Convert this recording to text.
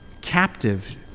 captive